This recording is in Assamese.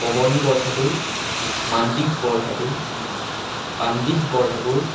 পৱন বৰঠাকুৰ মনদ্বীপ বৰঠাকুৰ প্ৰাণদ্বীপ বৰঠাকুৰ